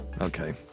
Okay